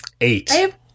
eight